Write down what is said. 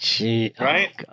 right